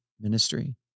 ministry